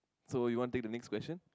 so you want take the next question